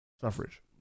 Suffrage